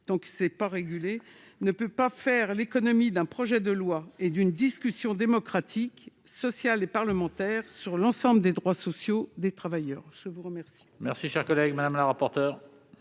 suppression de l'article 2. On ne peut pas faire l'économie d'un projet de loi et d'une discussion démocratique, sociale et parlementaire sur l'ensemble des droits sociaux des travailleurs, lorsqu'on